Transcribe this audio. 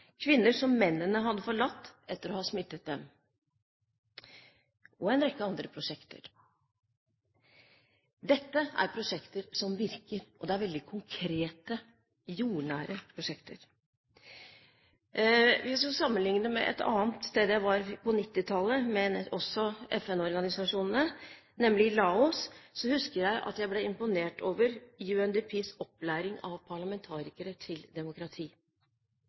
kvinner som mennene hadde forlatt etter å ha smittet dem, og en rekke andre prosjekter. Dette er prosjekter som virker, og det er veldig konkrete, jordnære prosjekter. Hvis vi sammenligner med et annet sted jeg var på 1990-tallet, også med FN-organisasjonene, nemlig Laos, husker jeg at jeg ble imponert over UNDPs opplæring av parlamentarikere til demokrati.